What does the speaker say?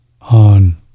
On